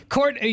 Court